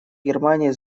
германии